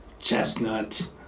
Chestnut